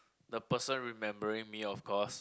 the person remembering me of course